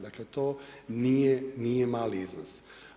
Dakle to, nije mali iznos.